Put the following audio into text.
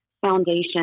foundation